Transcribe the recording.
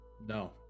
No